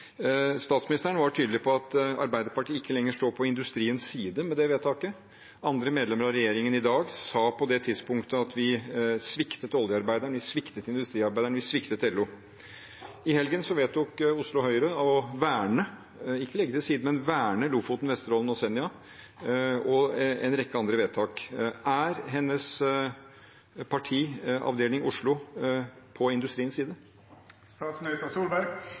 Statsministeren var tydelig på at Arbeiderpartiet med det vedtaket ikke lenger står på industriens side. Andre medlemmer av dagens regjering sa på det tidspunktet at vi sviktet oljearbeideren, industriarbeideren og LO. I helgen vedtok Oslo Høyre å verne – ikke legge til side, men verne – Lofoten, Vesterålen og Senja. De fattet også en rekke andre vedtak. Er statsministerens parti «avdeling Oslo» på industriens